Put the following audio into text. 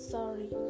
Sorry